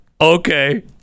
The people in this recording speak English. okay